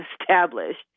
established